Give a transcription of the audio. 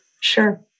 Sure